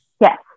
yes